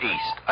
East